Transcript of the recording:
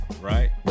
right